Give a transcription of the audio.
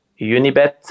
Unibet